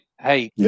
hey